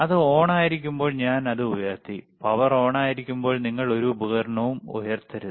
അത് ഓണായിരിക്കുമ്പോൾ ഞാൻ അത് ഉയർത്തി പവർ ഓണായിരിക്കുമ്പോൾ നിങ്ങൾ ഒരു ഉപകരണവും ഉയർത്തരുത്